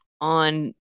on